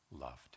loved